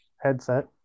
headset